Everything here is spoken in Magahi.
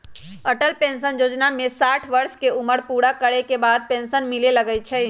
अटल पेंशन जोजना में साठ वर्ष के उमर पूरा करे के बाद पेन्सन मिले लगैए छइ